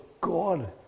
God